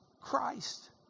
Christ